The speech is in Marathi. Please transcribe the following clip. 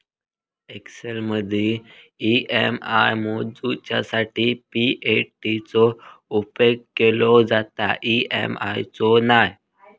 एक्सेलमदी ई.एम.आय मोजूच्यासाठी पी.ए.टी चो उपेग केलो जाता, ई.एम.आय चो नाय